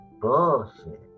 bullshit